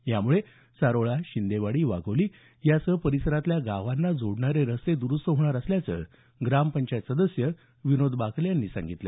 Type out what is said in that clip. यामुळे सारोळा शिंदेवाडी वाघोलीसह या परिसरातल्या गावांना जोडणारे रस्ते दुरुस्त होणार असल्याचं ग्रामपंचायत सदस्य विनोद बाकले यांनी सांगितलं